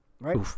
Right